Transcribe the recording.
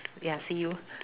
ya see you